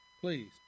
Please